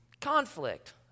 Conflict